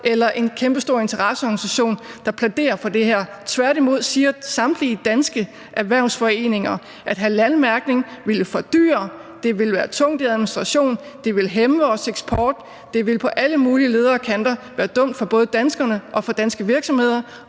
eller en kæmpestor interesseorganisation, der plæderer for det her. Tværtimod siger samtlige danske erhvervsforeninger, at en halalmærkning ville være fordyrende, at det ville være tungt i administration, og at det ville hæmme vores eksport. Det ville på alle leder og kanter været dumt for både danskerne og danske virksomheder